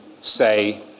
say